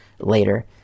later